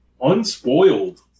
unspoiled